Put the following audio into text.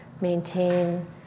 maintain